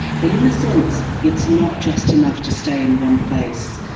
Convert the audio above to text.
but in a sense it's not just enough to stay in one place,